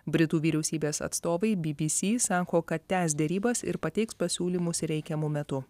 britų vyriausybės atstovai bbc sako kad tęs derybas ir pateiks pasiūlymus reikiamu metu